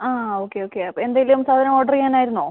ആ okay okay എന്തേലും സാധനം ഓർഡർ ചെയ്യാൻ ആയിരുന്നോ